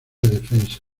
defensa